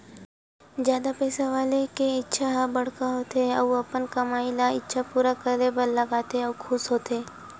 जादा पइसा वाला के इच्छा ह बड़का होथे अउ अपन कमई ल इच्छा पूरा करे बर लगाथे अउ खुस होथे